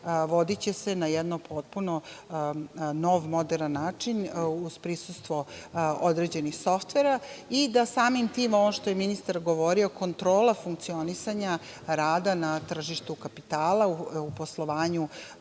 voditi na jedan potpuno nov moderan način, uz prisustvo određenih softvera i da samim tim ovo što je ministar govorio, kontrola funkcionisanja rada na tržištu kapitala u poslovanju